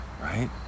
Right